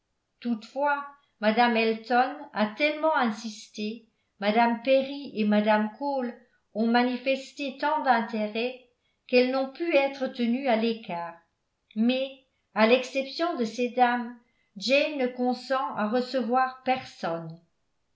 toutefois mme elton a tellement insisté mme perry et mme cole ont manifesté tant d'intérêt qu'elles n'ont pu être tenues à l'écart mais à l'exception de ces dames jane ne consent à recevoir personne